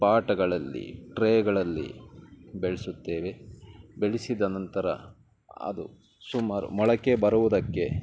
ಪಾಟ್ಗಳಲ್ಲಿ ಟ್ರೇಗಳಲ್ಲಿ ಬೆಳೆಸುತ್ತೇವೆ ಬೆಳೆಸಿದ ನಂತರ ಅದು ಸುಮಾರು ಮೊಳಕೆ ಬರುವುದಕ್ಕೆ